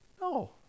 No